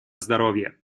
здоровье